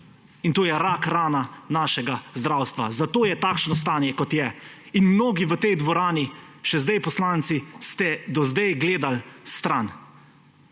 in to je rakrana našega zdravstva. Zato je takšno stanje, kot je, in mnogi v tej dvorani še sedaj poslanci ste do sedaj gledali stran.